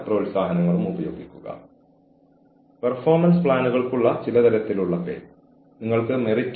പ്രകടന ഫലങ്ങൾക്ക് പുറമേ ജീവനക്കാരുടെ പെരുമാറ്റം അളക്കുന്നതിനുള്ള പ്രകടന വിലയിരുത്തലുകളുടെ കഴിവ്